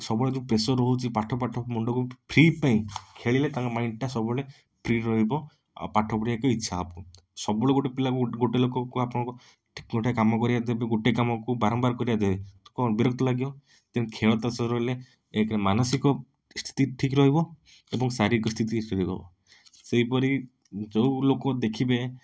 ସବୁବେଳେ ଯେଉଁ ପ୍ରେସର ରହୁଛି ପାଠ ପାଠ ମୁଣ୍ଡକୁ ଫ୍ରି ପାଇଁ ଖେଳିଲେ ତାଙ୍କ ମାଇଣ୍ଡଟା ସବୁବେଳେ ଫ୍ରି ରହିବ ଆଉ ପାଠ ପଢ଼ିବାକୁ ଇଛା ହବ ସବୁବେଳେ ଗୋଟେ ପିଲାକୁ ଗୋଟେ ଲୋକକୁ ଆପଣ ଗୋଟେ କାମ କରିବାକୁ ଦେବେ ଗୋଟେ କାମକୁ ବାରମ୍ବାର କରିବାକୁ ଦେବେ ତ କ'ଣ ବିରକ୍ତ ଲାଗିବ ତେଣୁ ଖେଳ ତା ସହିତ ରହିଲେ ଏକ ମାନସିକ ସ୍ଥିତି ଠିକ୍ ରହିବ ଏବଂ ଶାରୀରିକ ସ୍ଥିତି ଠିକ୍ ରହିବ ସେହିପରି ଯେଉଁ ଲୋକ ଦେଖିବେ